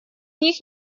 них